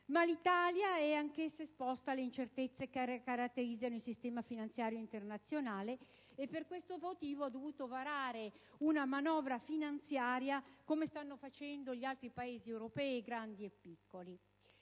ma l'Italia è anch'essa esposta alle incertezze che caratterizzano il sistema finanziario internazionale e per questo motivo ha dovuto varare una manovra finanziaria, come stanno facendo gli altri Paesi europei grandi e piccoli.